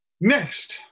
Next